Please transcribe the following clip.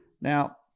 now